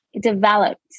developed